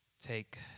take